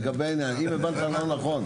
אם הבנת לא נכון.